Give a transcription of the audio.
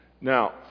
Now